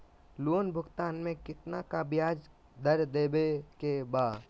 Loan भुगतान में कितना का ब्याज दर देवें के बा?